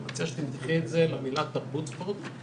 אני מציע שתהפכי את זה למילה תרבות ספורט,